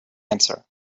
answer